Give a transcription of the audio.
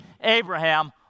Abraham